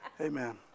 Amen